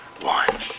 one